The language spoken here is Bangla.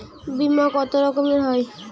বিমা কত রকমের হয়?